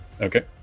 okay